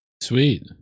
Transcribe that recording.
Sweet